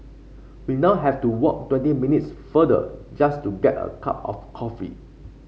we now have to walk twenty minutes further just to get a cup of coffee